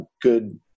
good